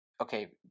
Okay